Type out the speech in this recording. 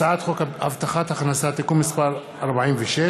הצעת חוק הבטחת הכנסה (תיקון מס' 46),